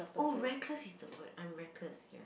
oh reckless is the word I'm reckless ya